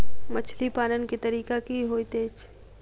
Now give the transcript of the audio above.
मछली पालन केँ तरीका की होइत अछि?